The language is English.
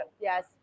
yes